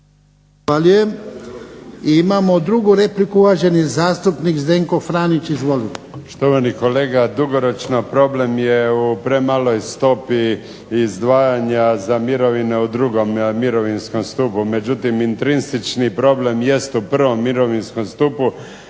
Imamo drugu repliku uvaženi zastupnik Zdenko Franić. Izvolite. **Franić, Zdenko (SDP)** Štovani kolega dugoročno problem je u premaloj stopi izdvajanja za mirovine u 2. Mirovinskom stupu, međutim, … problem jest u 1. Mirovinskom stupu